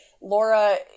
Laura